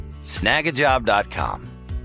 snagajob.com